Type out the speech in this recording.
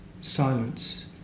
Silence